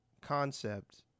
concept